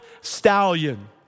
stallion